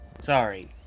Sorry